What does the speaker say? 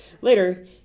Later